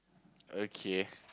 okay